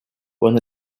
when